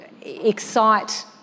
excite